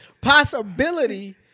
possibility